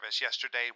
yesterday